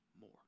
more